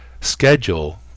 schedule